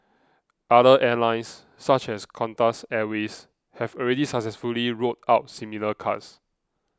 other airlines such as Qantas Airways have already successfully rolled out similar cards